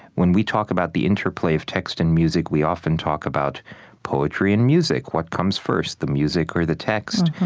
when we talk about the interplay of text and music, we often talk about poetry and music what comes first? the music or the text?